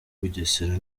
bugesera